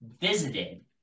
visited